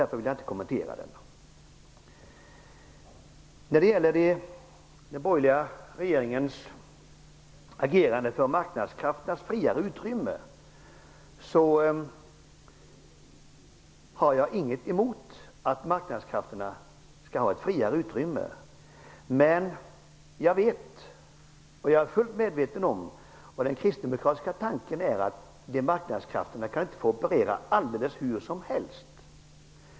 Därför vill jag inte kommentera den. När det gäller den borgerliga regeringens agerande för ett friare utrymme för marknadskrafterna vill jag framhålla att jag inte har något emot att marknadskrafterna får ett friare utrymme. Men jag är fullt medveten om -- dessutom är det en kristdemokratisk tanke -- att marknadskrafterna inte kan få operera precis hur som helst.